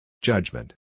Judgment